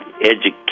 education